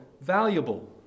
valuable